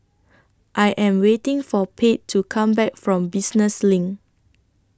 I Am waiting For Pate to Come Back from Business LINK